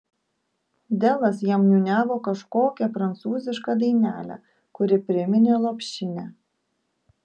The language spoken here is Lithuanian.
delas jam niūniavo kažkokią prancūzišką dainelę kuri priminė lopšinę